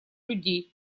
людей